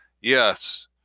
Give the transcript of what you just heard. yes